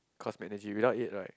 cosmic energy without it right